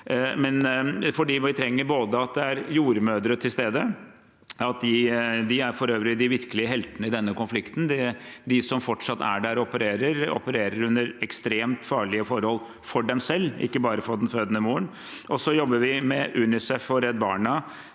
vi trenger at det er jordmødre til stede. De er for øvrig de virkelige heltene i denne konflikten. De som fortsatt er der og opererer – opererer under ekstremt farlige forhold for seg selv og ikke bare for den fødende moren. Vi jobber også med UNICEF, Redd Barna,